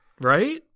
Right